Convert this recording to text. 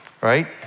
right